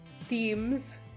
themes